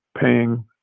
paying